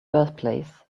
birthplace